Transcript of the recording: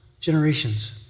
generations